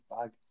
bag